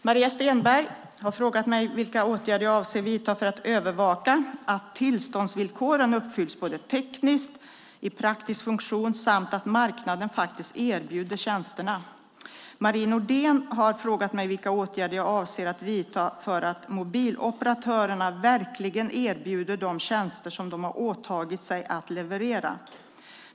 Herr talman! Maria Stenberg har frågat mig vilka åtgärder jag avser att vidta för att övervaka att tillståndsvillkoren uppfylls både tekniskt och i praktisk funktion samt att marknaden faktiskt erbjuder tjänsterna. Marie Nordén har frågat mig vilka åtgärder jag avser att vidta så att mobiloperatörerna verkligen erbjuder de tjänster som de har åtagit sig att leverera.